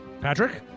Patrick